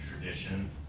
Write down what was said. tradition